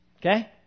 Okay